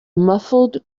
muffled